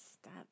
stop